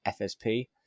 fsp